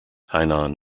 hainan